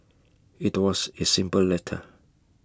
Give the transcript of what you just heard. IT was A simple letter